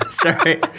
Sorry